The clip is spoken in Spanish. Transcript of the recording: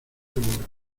segura